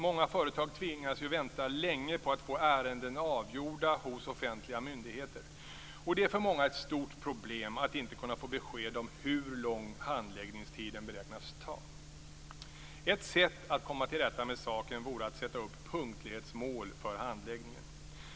Många företag tvingas ju vänta länge på att få ärenden avgjorda hos offentliga myndigheter. Och det är för många ett stort problem att inte kunna få besked om hur lång tid handläggningen beräknas ta. Ett sätt att komma till rätta med saken vore att sätta upp punktlighetsmål för handläggningen.